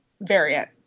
variant